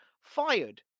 fired